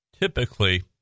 typically